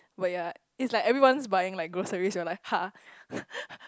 but ya it's like everyone's buying like groceries we are like ha